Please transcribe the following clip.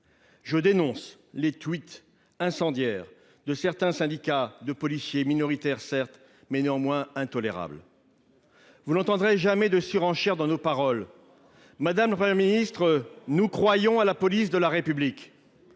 Je dénonce les tweets incendiaires de certains syndicats de policiers, minoritaires certes, mais néanmoins intolérables. Vous n'entendrez jamais de surenchère dans nos paroles. Madame la Première ministre, nous croyons à la police de la République,